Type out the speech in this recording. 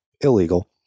illegal